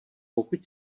pokud